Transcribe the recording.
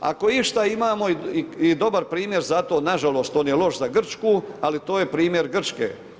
Ako išta imamo i dobar primjer za to, nažalost on je loš za Grčku, ali to je primjer Grčke.